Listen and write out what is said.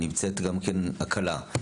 נמצאת גם כן הכלה.